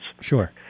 Sure